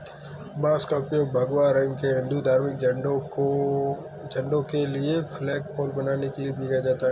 बांस का उपयोग भगवा रंग के हिंदू धार्मिक झंडों के लिए फ्लैगपोल बनाने के लिए भी किया जाता है